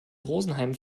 rosenheim